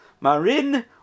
Marin